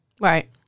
Right